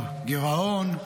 הגירעון,